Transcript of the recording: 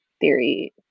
theory